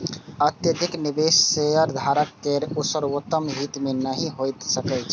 अत्यधिक निवेश शेयरधारक केर सर्वोत्तम हित मे नहि होइत छैक